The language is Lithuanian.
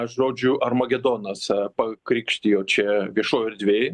žodžiu armagedonas pakrikštijo čia viešoj erdvėj